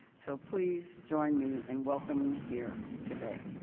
so please join me in welcoming here today,